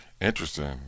Interesting